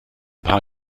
paar